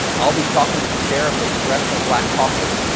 i'll be talking to the chair of the congressional black caucus,